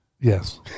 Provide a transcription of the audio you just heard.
Yes